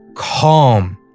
calm